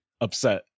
upset